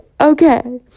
okay